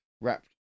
wrapped